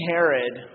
Herod